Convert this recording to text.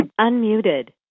Unmuted